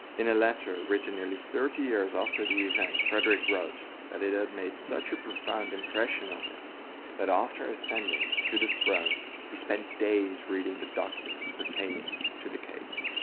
in a letter written nearly thirty years after the event, frederick wrote that it had made such a profound impression on him that after ascending to the throne he spent days reading all documents pertaining to the case.